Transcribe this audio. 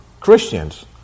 Christians